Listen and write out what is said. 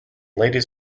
ladies